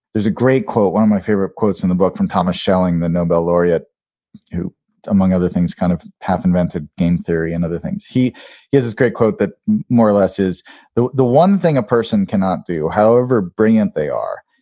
there's a great quote, one of my favorite quotes in the book from thomas schelling the noble laureate who among other things kind of half invented game theory and other things. he he has this great quote that more or less is the the one thing a person cannot do, however brilliant they are,